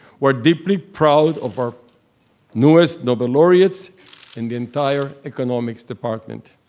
we're deeply proud of our newest nobel laureates and the entire economics department.